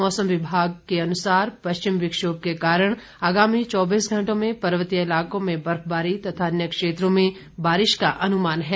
मौसम विभाग के अनुसार पश्चिम विक्षोभ के कारण आज व कल पर्वतीय इलाकों में बर्फबारी तथा अन्य क्षेत्रों में बारिश का अनुमान है